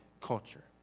culture